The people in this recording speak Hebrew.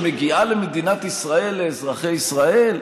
שמגיעה למדינת ישראל, לאזרחי ישראל?